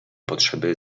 potrzeby